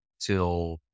till